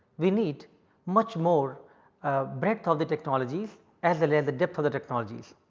we need much more breadth of the technologies as well as the depth of the technologies.